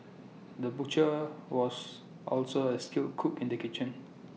the butcher was also A skilled cook in the kitchen